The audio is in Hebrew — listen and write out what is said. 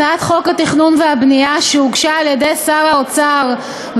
הצעת חוק התכנון והבנייה (תיקון מס׳ 109),